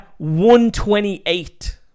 128